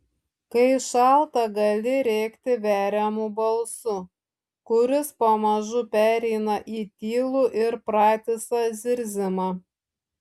kai šalta gali rėkti veriamu balsu kuris pamažu pereina į tylų ir pratisą zirzimą